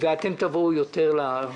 ואתם תבוא יותר לוועדה.